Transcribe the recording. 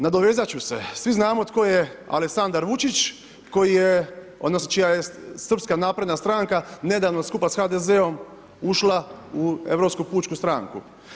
Nadovezat ću se, svi znamo tko je Aleksandar Vučić koji je, odnosno čija je srpska napredna stranka nedavno skupa s HDZ-om ušla u Europsku pučku stranku.